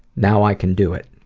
now, i can do it.